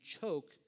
choke